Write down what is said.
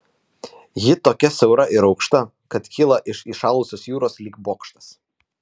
ji tokia siaura ir aukšta kad kyla iš įšalusios jūros lyg bokštas